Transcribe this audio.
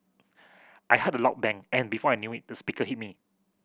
I heard a loud bang and before I knew it the speaker hit me